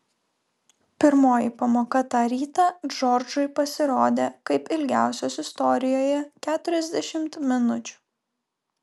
pirmoji pamoka tą rytą džordžui pasirodė kaip ilgiausios istorijoje keturiasdešimt minučių